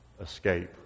escape